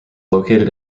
located